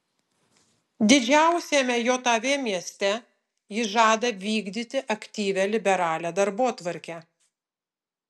didžiausiame jav mieste jis žada vykdyti aktyvią liberalią darbotvarkę